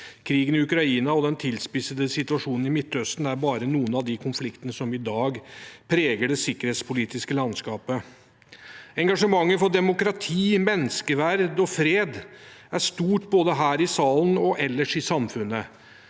Krigen i Ukraina og den tilspissede situasjonen i Midtøsten er bare noen av de konfliktene som i dag preger det sikkerhetspolitiske landskapet. Engasjementet for demokrati, menneskeverd og fred er stort både her i salen og ellers i samfunnet,